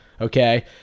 okay